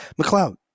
McLeod